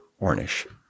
Ornish